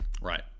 Right